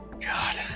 God